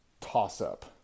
toss-up